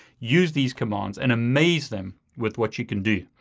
use these commands and amaze them with what you can do.